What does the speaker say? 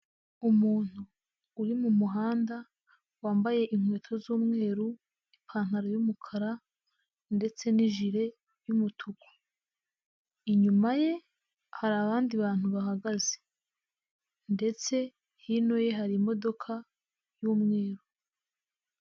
Umuntu uri mu muhanda wambaye inkweto z'umweru, ipantaro y'umukara ndetse n'ijire y'umutuku, inyuma ye hari abandi bantu bahagaze ndetse hino ye hari imodoka y'umweru.